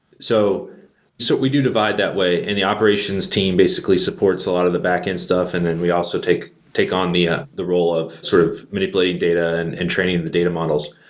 so so we do divide that way. and the operations team basically supports a lot of the backend stuff and then we also take take on the ah the role of sort of manipulating data and and training the data models.